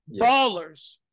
Ballers